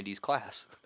class